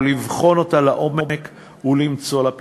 לבחון אותה לעומק ולמצוא לה פתרון.